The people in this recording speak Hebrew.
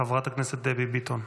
חברת הכנסת דבי ביטון.